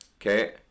Okay